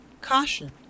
CAUTION